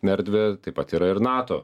erdvę taip pat yra ir nato